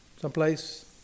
someplace